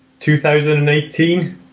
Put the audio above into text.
2018